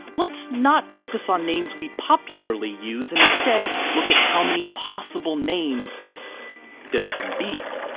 let's not focus on names we popularly use and instead look at how many possible names there can be.